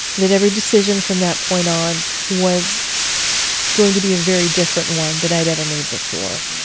that every decision from that point on was going to be a very different one than i'd ever made before